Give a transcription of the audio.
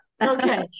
Okay